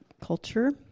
culture